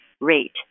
rate